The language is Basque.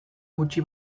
gutxi